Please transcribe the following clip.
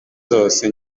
zose